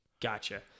Gotcha